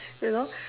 you know